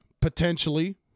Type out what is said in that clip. potentially